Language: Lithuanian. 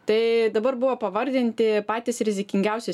tai dabar buvo pavardinti patys rizikingiausi